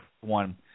one